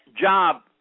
job